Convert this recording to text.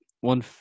one